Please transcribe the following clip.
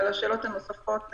על השאלות הנוספות,